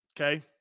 Okay